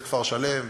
את כפר-שלם,